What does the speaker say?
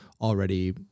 already